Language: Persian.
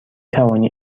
توانی